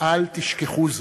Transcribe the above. ואל תשכחו זאת.